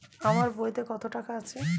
আমার বইতে কত টাকা আছে?